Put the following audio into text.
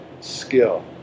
skill